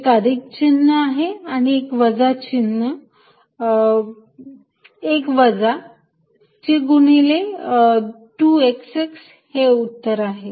एक अधिक चिन्ह आहे आणि एक वजा ची नाही गुणिले 2 x x हे उत्तर आहे